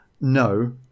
No